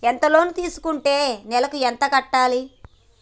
ఎంత లోన్ తీసుకుంటే నెలకు ఎంత కట్టాలి?